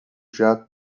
jato